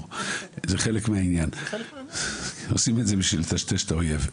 עושים את זה בשביל לטשטש את האויב.